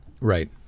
Right